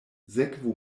sekvu